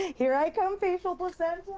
here i come facial placenta!